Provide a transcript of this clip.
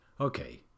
Okay